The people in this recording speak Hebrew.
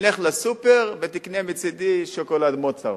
לך ל"סופּר", ותקנה מצדי שוקולד "מוצרט".